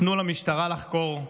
תנו למשטרה לחקור,